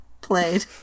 played